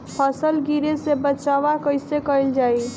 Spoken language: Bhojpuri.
फसल गिरे से बचावा कैईसे कईल जाई?